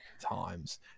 times